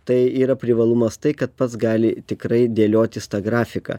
tai yra privalumas tai kad pats gali tikrai dėliotis tą grafiką